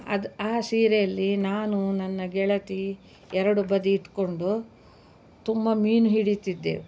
ಅದು ಆ ಸೀರೆಯಲ್ಲಿ ನಾನು ನನ್ನ ಗೆಳತಿ ಎರಡೂ ಬದಿ ಹಿಡ್ಕೊಂಡು ತುಂಬ ಮೀನು ಹಿಡೀತಿದ್ದೆ